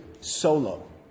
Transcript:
solo